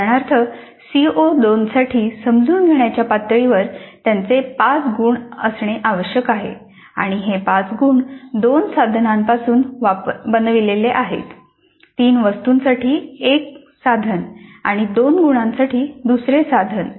उदाहरणार्थ सीओ 2 साठी समजून घेण्याच्या पातळीवर त्याचे 5 गुण असणे आवश्यक आहे आणि हे 5 गुण दोन साधनांपासून बनविलेले आहेत 3 वस्तूंसाठी एक साधन आणि 2 गुणांसाठी दुसरे साधन